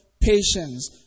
Patience